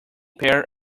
pair